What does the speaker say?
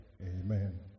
Amen